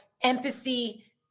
empathy